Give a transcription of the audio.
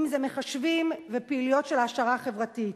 אם זה מחשבים ופעילויות של העשרה חברתית.